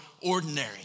ordinary